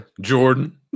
Jordan